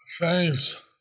Thanks